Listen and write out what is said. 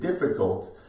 difficult